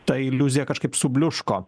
ta iliuzija kažkaip subliūško